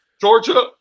Georgia